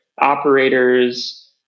operators